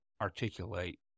articulate